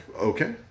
Okay